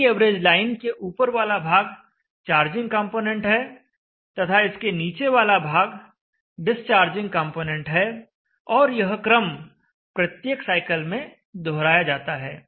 iTav line के ऊपर वाला भाग चार्जिंग कंपोनेंट है तथा इसके नीचे वाला भाग डिस्चार्जिंग कंपोनेंट है और यह क्रम प्रत्येक साइकल में दोहराया जाता है